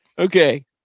Okay